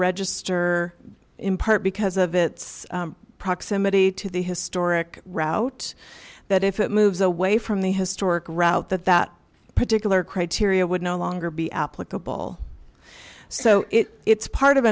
register in part because of its proximity to the historic route that if it moves away from the historic route that that particular criteria would no longer be applicable so it's part of